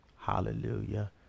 Hallelujah